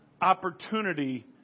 opportunity